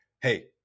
hey